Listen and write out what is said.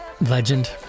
legend